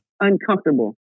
uncomfortable